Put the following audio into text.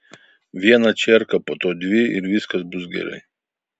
vieną čerką po to dvi ir viskas bus gerai